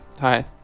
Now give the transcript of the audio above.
Hi